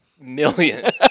million